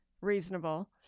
reasonable